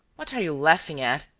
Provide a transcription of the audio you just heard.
what are you laughing at?